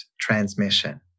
transmission